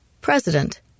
President